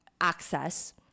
access